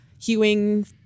hewing